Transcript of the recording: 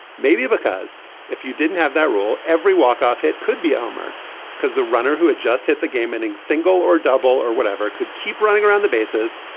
maybe because if you didn't have that rule every walk off it could be a homer because the runner who had just hit the game winning single or double or whatever could keep running around the bases.